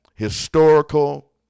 historical